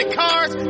cars